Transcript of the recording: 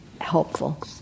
helpful